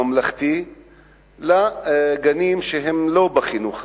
הממלכתי לגנים שהם לא של החינוך הממלכתי.